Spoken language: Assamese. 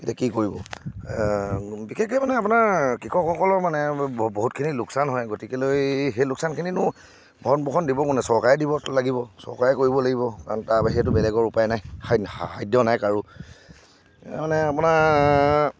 এতিয়া কি কৰিব বিশেষকৈ মানে আপোনাৰ কৃষকসকলৰ মানে ব বহুতখিনি লোকচান হয় গতিকেলৈ সেই লোকচানখিনিনো ভৰণ পোষন দিব কোনে চৰকাৰে দিব লাগিব চৰকাৰে কৰিব লাগিব কাৰণ তাৰ বাহিৰেতো বেলেগৰ উপায় নাই সা সাধ্য নাই কাৰো এই মানে আপোনাৰ